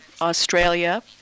Australia